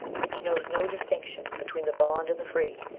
which knows no distinction between the bond and the free,